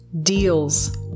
deals